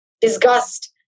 disgust